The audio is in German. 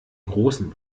großen